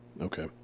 Okay